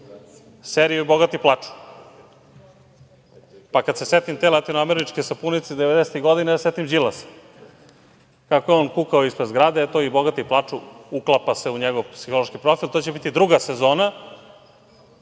seriju – i bogati plaču. Pa kad se setim te latinoameričke sapunice iz devedesetih godina, ja se setim Đilasa, kako je on kukao ispred zgrade. Eto, i bogati plaču, uklapa se u njegov psihološki profil. To će biti druga sezona